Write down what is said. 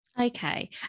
Okay